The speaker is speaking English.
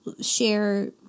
share